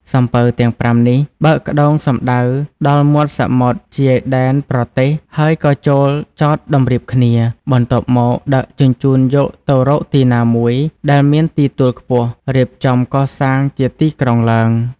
សំពៅទាំងប្រាំនេះ បើកក្តោងសំដៅដល់មាត់សមុទ្រជាយដែនប្រទេស ហើយក៏ចូលចតតម្រៀបគ្នា បន្ទាប់មកដឹកជញ្ជូនយកទៅរកទីណាមួយដែលមានដីទួលខ្ពស់រៀបចំកសាងជាទីក្រុងឡើង ។